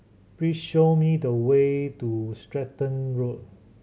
please show me the way to Stratton Road